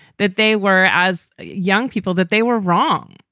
that they were as young people, that they were wrong,